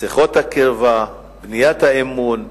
שיחות הקרבה, בניית האמון בינינו,